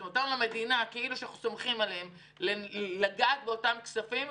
גם המדינה שאנחנו כאילו סומכים עליה לגעת באותם כספים,